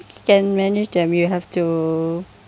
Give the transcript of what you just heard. can manage them you have to